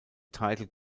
title